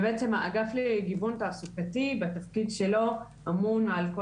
ובעצם האגף לגיוון תעסוקתי בתפקיד שלו אמון על כל